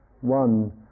one